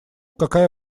какая